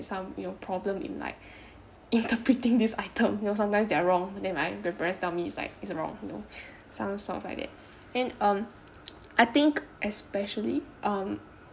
has some you know problem in like interpreting this item you know sometimes they are wrong then like my grandparents tell me it's like it's wrong you know some stuff like that and um I think especially um